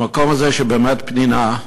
המקום הזה שהוא באמת פנינה,